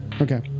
Okay